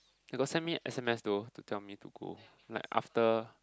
they got send me S_M_S though to tell me to go like after